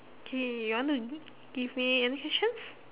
okay you want to give me any questions